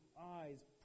eyes